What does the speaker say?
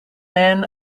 men